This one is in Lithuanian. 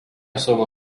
savo